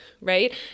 right